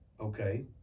okay